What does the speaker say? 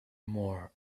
more